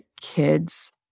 kids